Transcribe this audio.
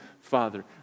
Father